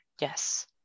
Yes